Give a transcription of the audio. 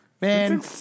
man